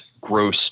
gross